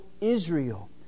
Israel